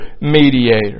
mediator